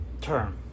term